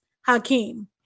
Hakeem